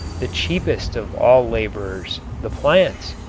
the cheapest of all laborers, the plants.